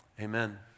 Amen